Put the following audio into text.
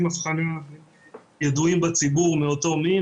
ושיש להם ידועים בציבור שרשומים בכל מיני